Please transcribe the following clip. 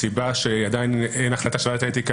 הסיבה שעדיין אין החלטה של וועדת האתיקה